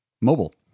mobile